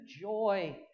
joy